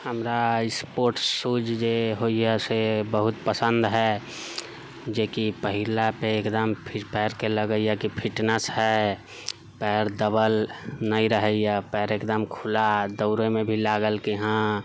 हमरा sports shoes जे होइया से बहुत पसन्द है जेकि पहिरला पर एकदम पैरके लगैया कि फिटनेस है पैर दबल नहि रहैया पैर एकदम खुला दोड़यमे भी लागल कि हँ